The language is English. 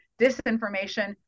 disinformation